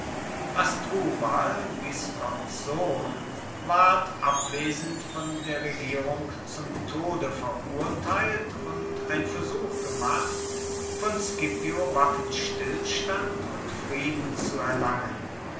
hasdrubal gisgons sohn ward abwesend von der regierung zum tode verurteilt und ein versuch gemacht von scipio waffenstillstand und frieden zu erlangen